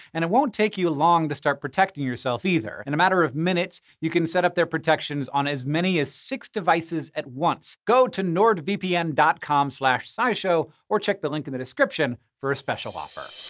and it won't take you long to start protecting yourself, either in a matter of minutes, you can set up their protections on as many as six devices at once! go to nord vpn dot com slash scishow or check the link in the description description for a special offer.